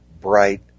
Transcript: bright